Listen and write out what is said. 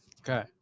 Okay